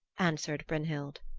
answered brynhild.